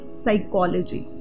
psychology